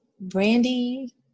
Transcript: Brandy